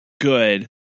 good